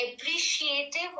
appreciative